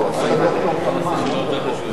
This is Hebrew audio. מה שירד זה מחירי